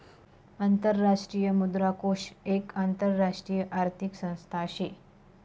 आंतरराष्ट्रीय मुद्रा कोष एक आंतरराष्ट्रीय आर्थिक संस्था शे